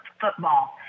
football